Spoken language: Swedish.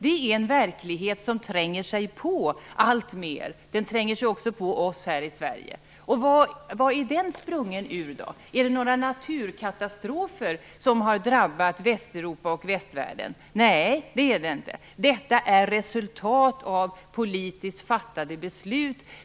Det är en verklighet som tränger sig på alltmer, och den tränger sig också på oss i Sverige. Vad är då den verkligheten sprungen ur? Är det några naturkatastrofer som har drabbat Västeuropa och västvärlden? Nej, det är det inte. Detta är resultat av politiskt fattade beslut.